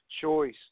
choice